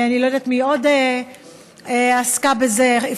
אני לא יודעת מי עוד עסקה בזה, נא לסיים.